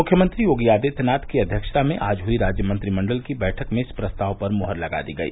मुख्यमंत्री योगी आदित्यनाथ की अध्यक्षता में आज हई राज्य मंत्रिमंडल की बैठक में इस प्रस्ताव पर मुहर लगा दी गई